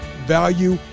value